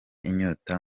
inyota